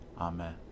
Amen